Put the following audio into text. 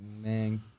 man